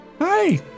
Hi